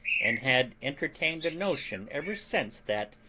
and had entertained a notion ever since that,